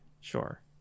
Sure